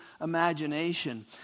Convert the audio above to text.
imagination